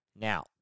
Now